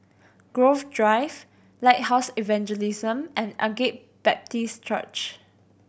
Grove Drive Lighthouse Evangelism and Agape Baptist Church